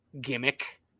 gimmick